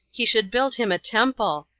he should build him a temple,